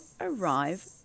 arrive